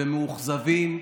ומאוכזבים.